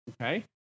Okay